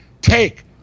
Take